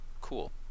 cool